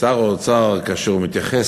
ששר האוצר, כאשר הוא מתייחס